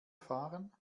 fahren